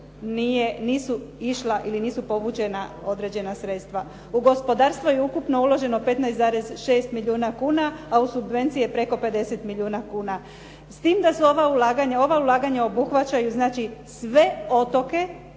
nisu povućena određena sredstva. U gospodarstvo je ukupno uloženo 15,6 milijuna kuna, a u subvencije preko 50 milijuna kuna, s tim da su ova ulaganja obuhvaćaju znači sve otoke